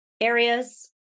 Areas